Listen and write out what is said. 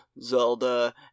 Zelda